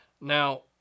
now